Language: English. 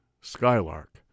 Skylark